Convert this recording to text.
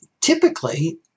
typically